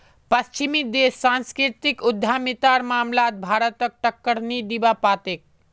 पश्चिमी देश सांस्कृतिक उद्यमितार मामलात भारतक टक्कर नी दीबा पा तेक